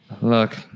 Look